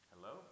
Hello